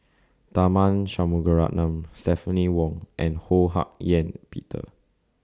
Tharman Shanmugaratnam Stephanie Wong and Ho Hak Ean Peter